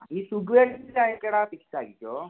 ആ ഈ സുകു ഏട്ടൻ്റെ ചായക്കട ഫിക്സ് ആക്കിക്കോ